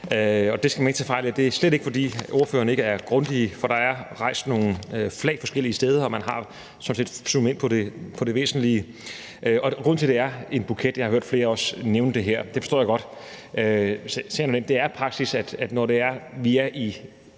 Det er slet ikke, fordi ordførerne ikke er grundige, for der er rejst nogle flag forskellige steder, og man har sådan set zoomet ind på det væsentlige. Grunden til, at det er en buket – jeg har hørt flere også